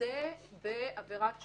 שמודה בעבירת שוחד,